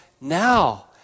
now